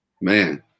Man